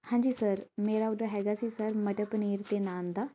ਹਾਂਜੀ ਸਰ ਮੇਰਾ ਔਡਰ ਹੈਗਾ ਸੀ ਸਰ ਮਟਰ ਪਨੀਰ ਅਤੇ ਨਾਨ ਦਾ